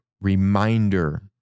reminder